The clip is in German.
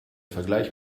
vergleich